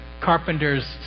carpenter's